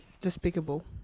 Despicable